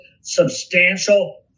substantial